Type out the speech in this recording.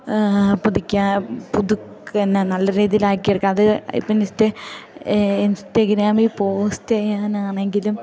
പുതുക്കുക പുതുക്കുക തന്നെ നല്ല രീതിയിലാക്കി എടുക്കുക അത് ഇപ്പസ്റ്റ ഇൻസ്റ്റഗ്രാമിൽ പോസ്റ്റ് ചെയ്യാനാണെങ്കിലും